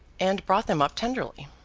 and brought them up tenderly.